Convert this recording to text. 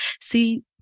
see